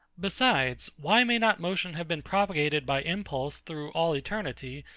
besides, why may not motion have been propagated by impulse through all eternity,